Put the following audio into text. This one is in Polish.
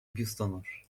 biustonosz